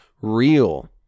real